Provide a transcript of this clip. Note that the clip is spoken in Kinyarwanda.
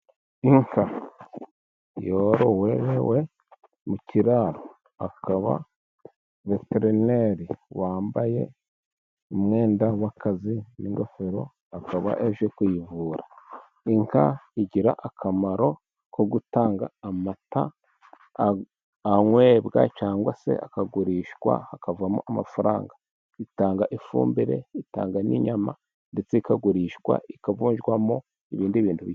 Inka yororewe mu kiraro hakaba veterineri wambaye umwenda w'akazi n'ingofero akaba aje kuyivura. Inka igira akamaro ko gutanga amata anywebwa cyangwa se akagurishwa hakavamo amafaranga. Itanga ifumbire, itanga n'inyama ndetse ikagurishwa ikavunjwamo ibindi bintu bi....